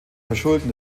verschulden